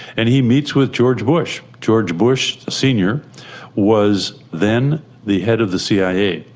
and he meets with george bush. george bush senior was then the head of the cia.